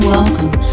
Welcome